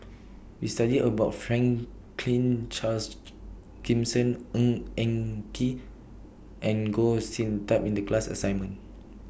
We studied about Franklin Charles Gimson Ng Eng Kee and Goh Sin Tub in The class assignment